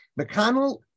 McConnell